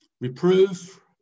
Reprove